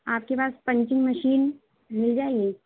آپ کے پاس پنچنگ مشین مل جائے گی